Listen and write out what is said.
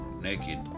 naked